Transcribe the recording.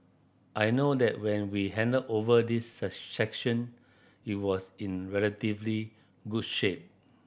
I know that when we handed over this section it was in relatively good shape